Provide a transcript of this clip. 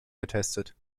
getestet